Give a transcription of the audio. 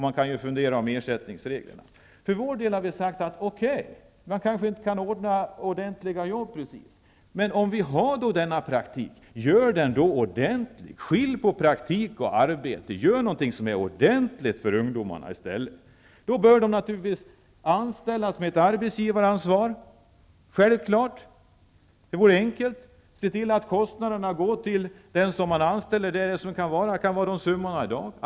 Man kan även fundera över ersättningsreglerna. Vi för vår del har sagt: ''Okej, vi kanske inte kan ordna ordentliga jobb.'' Men om vi nu har denna praktik, gör den då ordentlig! Skilj på praktik och arbete! Gör något ordentligt för ungdomarna i stället! De bör naturligtvis anställas med ett arbetsgivaransvar. Det vore enkelt. Se till att kostnaderna går till den som anställs!